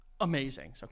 Amazing